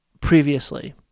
previously